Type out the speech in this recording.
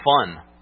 fun